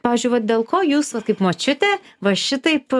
pavyzdžiui vat dėl ko jūs vat kaip močiutė va šitaip